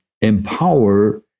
empower